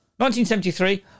1973